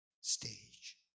stage